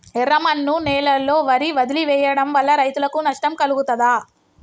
ఎర్రమన్ను నేలలో వరి వదిలివేయడం వల్ల రైతులకు నష్టం కలుగుతదా?